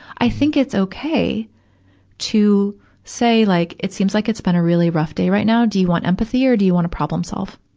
i think it's okay to say like, it seems like it's been a really rough day right now. do you want empathy or do you wanna problem solve?